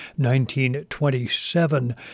1927